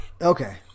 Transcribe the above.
Okay